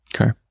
Okay